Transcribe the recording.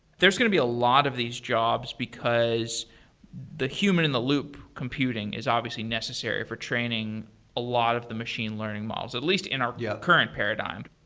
there's going to be a lot of these jobs, because the human in the loop computing is obviously necessary for training a lot of the machine learning models, at least in our yeah current paradigm.